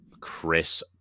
Chris